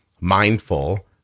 mindful